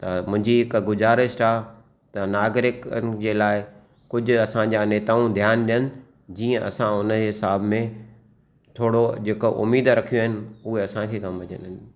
त मुंहिंजी हिक गुज़ारिश आहे त नागरिकनि जे लाइ कुझु असां जा नेताऊ ध्यानु ॾियनि जीअं असां उन हिसाब में थोरो जेको उमेद रखीयूं आहिनि उहे असां खे समुझनि